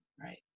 right